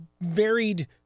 varied